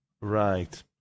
right